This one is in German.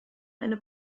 eine